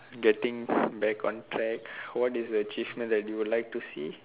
getting back on track what is the achievement that you would like to see